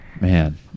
Man